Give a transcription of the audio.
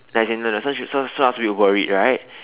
no as in no no so she so so I was a bit worried right